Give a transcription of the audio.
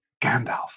Gandalf